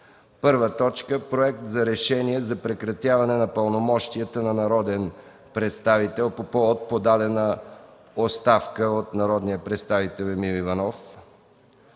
2013 г.: „1. Проект за решение за прекратяване на пълномощията на народен представител – по повод подадена оставка от народния представител Емил Иванов.